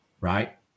right